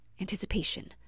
anticipation